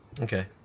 Okay